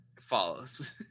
follows